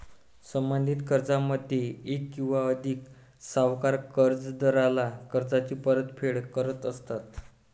संबंधित कर्जामध्ये एक किंवा अधिक सावकार कर्जदाराला कर्जाची परतफेड करत असतात